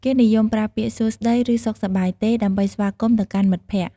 គេនិយមប្រើពាក្យ "សួស្ដី" ឬ "សុខសប្បាយទេ" ដើម្បីស្វាគមន៍ទៅកាន់មិត្តភក្តិ។